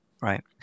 right